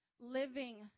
living